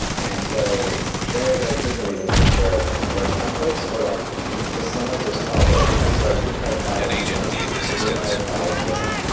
and so very, very frequently we encounter merge conflicts, or like just sometimes they're small, but sometimes like the entire files changed. the entire file is missing,